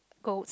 goats